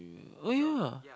oh ya